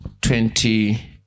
twenty